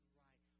right